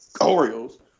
Orioles